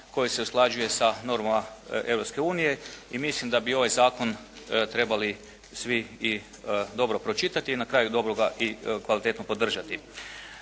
koji se usklađuje sa normama Europske unije i mislim da bi ovaj zakon trebali svi vi dobro pročitati i na kraju dobro ga i kvalitetno podržati.